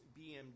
BMD